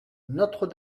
notre